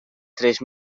tres